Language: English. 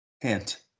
hint